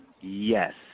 Yes